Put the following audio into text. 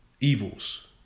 evils